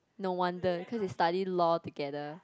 no wonder so they study law together